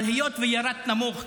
אבל היות שירדת נמוך,